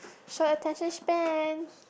short attention span